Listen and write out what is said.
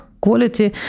quality